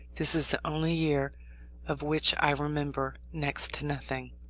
this is the only year of which i remember next to nothing.